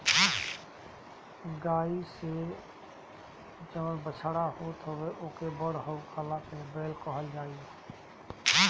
गाई से जवन बछड़ा होत ह ओके बड़ होखला पे बैल कहल जाई